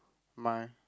my